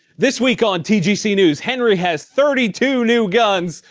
this week on tgc news, henry has thirty two new guns,